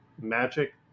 magic